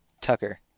Tucker